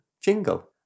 jingle